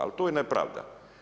Ali to je nepravda.